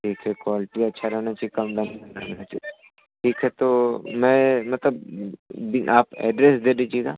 देखिए क्वालटी अच्छा रहेना चाहिए कम दाम में रहेना चाहिए ठीक है तो मैं मतलब आप एड्रेस दे दीजिएगा